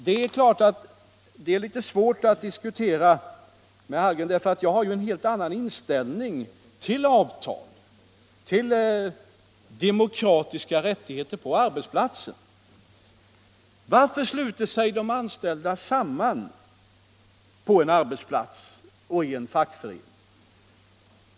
Det är klart att det är litet svårt att diskutera med herr Hallgren, ty jag har en helt annan inställning än han till avtal och till demokratiska rättigheter på arbetsplatsen. Varför sluter sig de anställda samman på en arbetsplats och i en fackförening?